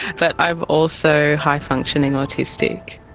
but i am also high functioning autistic.